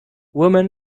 women